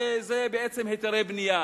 וזה בעצם היתרי בנייה